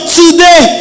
today